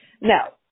Now